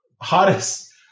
hottest